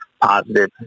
positive